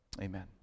Amen